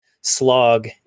slog